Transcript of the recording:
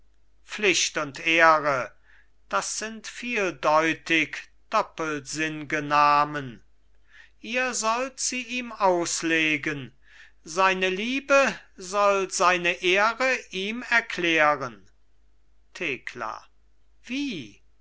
pflicht und ehre das sind vieldeutig doppelsinnge namen ihr sollt sie ihm auslegen seine liebe soll seine ehre ihm erklären thekla wie